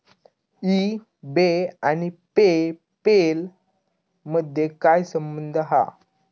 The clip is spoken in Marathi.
ई बे आणि पे पेल मधे काय संबंध हा?